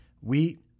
Wheat